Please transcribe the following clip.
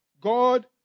God